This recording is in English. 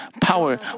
power